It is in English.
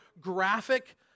graphic